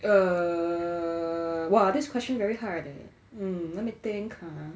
err !wah! this question very hard eh mm let me think !huh!